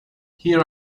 here